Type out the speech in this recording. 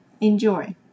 enjoy